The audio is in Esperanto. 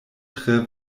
tre